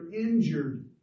injured